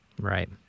Right